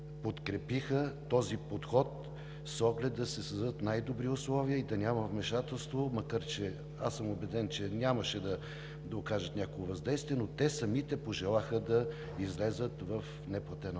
подкрепиха този подход с оглед да се създадат най-добри условия и да няма вмешателство, макар че аз съм убеден, че нямаше да окажат някакво въздействие. Те пожелаха да излязат в неплатен